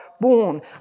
born